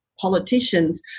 politicians